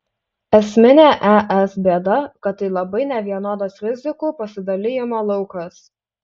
esminė es bėda kad tai labai nevienodas rizikų pasidalijimo laukas